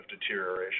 deterioration